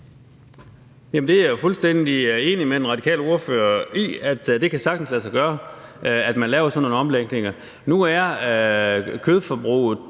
Jeg er jo fuldstændig enig med den radikale ordfører i, at det sagtens kan lade sig gøre, at man laver sådan nogle omlægninger. Nu er kødforbruget